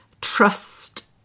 trust